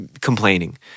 complaining